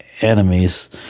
enemies